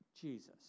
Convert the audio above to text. Jesus